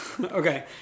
Okay